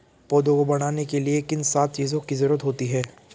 पौधों को बढ़ने के लिए किन सात चीजों की जरूरत होती है?